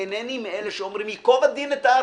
אינני מאלה שאומרים "ייקוב הדין את ההר".